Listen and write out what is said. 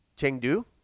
Chengdu